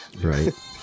Right